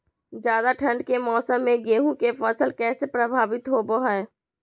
ज्यादा ठंड के मौसम में गेहूं के फसल कैसे प्रभावित होबो हय?